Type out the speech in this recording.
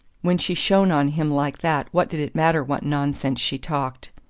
when she shone on him like that what did it matter what nonsense she talked?